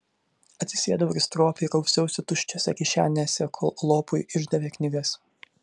atsisėdau ir stropiai rausiausi tuščiose kišenėse kol lopui išdavė knygas